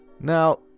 Now